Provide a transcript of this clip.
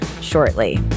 shortly